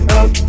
up